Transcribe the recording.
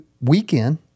weekend